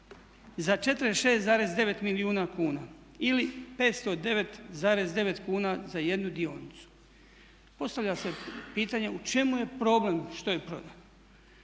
za 46,9 milijuna kuna. Ili 509,9 kuna za jednu dionicu. Postavlja se pitanje u čemu je problem što je prodano.